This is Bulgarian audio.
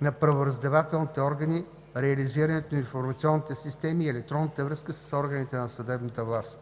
на правораздавателните органи, реализирането на информационните системи и електронната връзка с органите на съдебната власт.